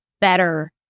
better